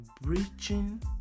breaching